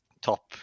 top